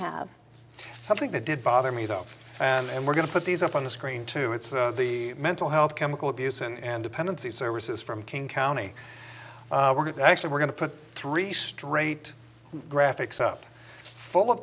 have something that did bother me though and we're going to put these up on the screen to it's the mental health chemical abuse and dependency services from king county actually we're going to put three straight graphics up full of